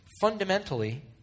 Fundamentally